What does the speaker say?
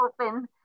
Open